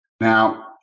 Now